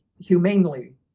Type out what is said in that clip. humanely